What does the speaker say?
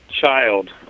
child